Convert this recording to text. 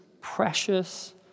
precious